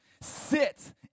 sit